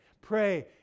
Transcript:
Pray